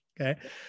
Okay